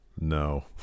No